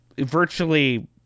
virtually